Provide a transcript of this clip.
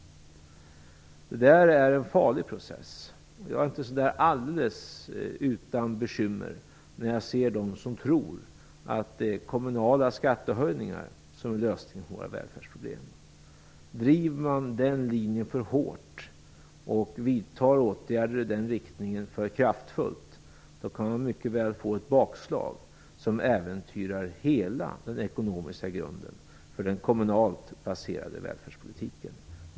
Detta är en farlig process, och jag är inte alldeles utan bekymmer när jag hör dem som tror att det är kommunala skattehöjningar som är lösningen på våra välfärdsproblem. Driver man den linjen för hårt och vidtar åtgärder i den riktningen för kraftfullt, kan man mycket väl få ett bakslag som äventyrar hela den ekonomiska grunden för den kommunalt baserade välfärdspolitiken.